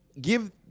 Give